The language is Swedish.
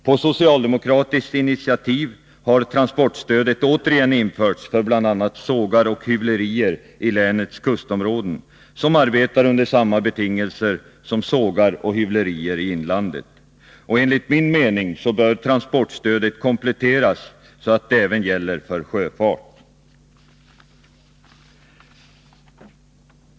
På socialdemokratiskt initiativ har transportstödet återigen införts för bl.a. sågar och hyvlerier i länets kustområden, som arbetar under samma betingelser som sågar och hyvlerier i inlandet. Enligt min mening bör transportstödet kompletteras så att det även gäller för sjöfart.